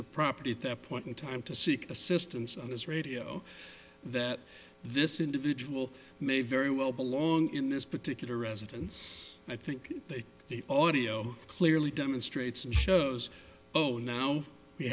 the property at that point in time to seek assistance on this radio that this individual may very well belong in this particular residence i think that the audio clearly demonstrates and shows oh now